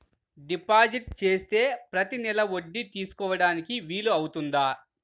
Deposit చేస్తే ప్రతి నెల వడ్డీ తీసుకోవడానికి వీలు అవుతుందా?